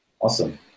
Awesome